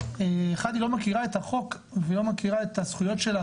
אחד היא לא מכירה את החוק והיא לא מכירה את הזכויות שלה,